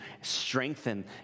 strengthen